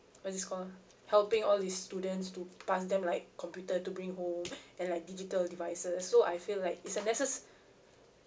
what's this called helping all these students to pass them like computer to bring home and like digital devices so I feel like it's a necessary